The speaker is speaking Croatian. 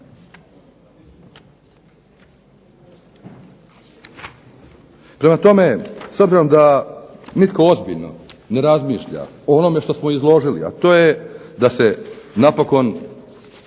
Prema tome, smatram da nitko ozbiljno ne razmišlja o onome što smo izložili, a to je da se napokon